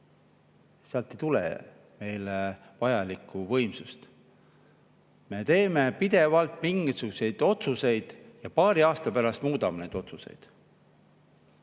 Sealt ei tule meile vajalikku võimsust.Me teeme pidevalt mingisuguseid otsuseid ja paari aasta pärast muudame neid otsuseid.